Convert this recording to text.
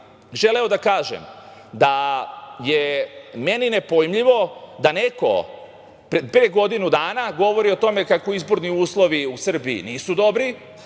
želeo da kažem da je meni nepojmljivo da neko pre godinu dana govori o tome kako izborni uslovi u Srbiji nisu dobri,